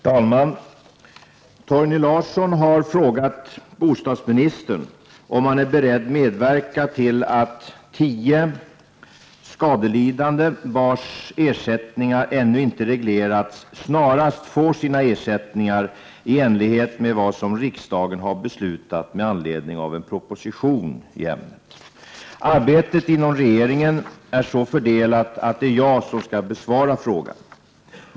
Herr talman! Torgny Larsson har frågat bostadsministern om han är beredd medverka till att tio skadelidande, vars ersättning ännu inte reglerats, snarast får sina ersättningar i enlighet med vad som riksdagen har beslutat med anledning av en proposition i ämnet. Arbetet inom regeringen är så fördelat att det är jag som skall besvara frågan.